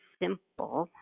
simple